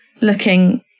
looking